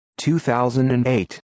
2008